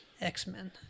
X-Men